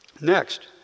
Next